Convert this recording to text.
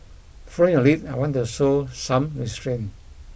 following a lead I want to show some restraint